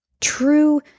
true